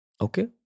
Okay